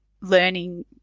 learning